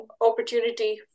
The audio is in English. opportunity